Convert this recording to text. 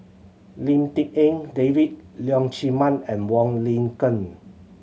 Lim Tik En David Leong Chee Mun and Wong Lin Ken